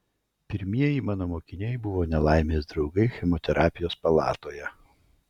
pirmieji mano mokiniai buvo nelaimės draugai chemoterapijos palatoje